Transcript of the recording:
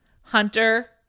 Hunter